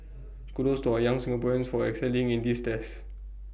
kudos to our young Singaporeans for excelling in these tests